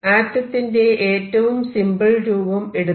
ആറ്റത്തിന്റെ ഏറ്റവും സിംപിൾ രൂപം എടുക്കാം